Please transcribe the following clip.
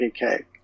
PK